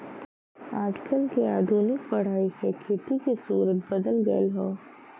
आजकल के आधुनिक पढ़ाई से खेती के सुउरते बदल गएल ह